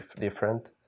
different